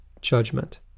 judgment